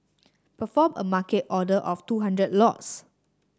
perform a Market order of two hundred lots